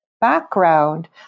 background